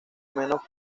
menos